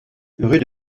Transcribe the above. rue